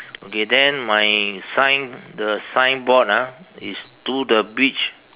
okay then my sign the signboard ah is to the beach